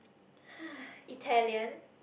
Italian